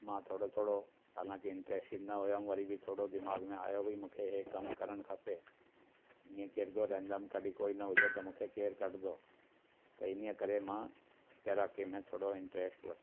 मां थोरो थोरो हालांकी इंटरस्टेड न हुयुमि वरी बि थोरो दिमाग़ में आहियो भई मूंखे हे कमु करण खपे ईअं किरंदो रहंदुमि कॾहिं कोई न हुजे त मूंखे केरु कढंदो त इनई करे मां तैराकीअ में थोरो इंटरस्ट वरितो